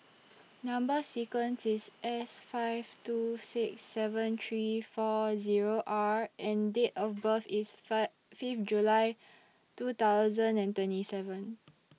Number sequence IS S five two six seven three four Zero R and Date of birth IS Fifth July two thousand and twenty seven